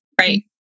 Right